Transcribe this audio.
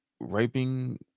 raping